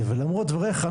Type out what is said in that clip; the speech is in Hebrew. ולמרות דבריך,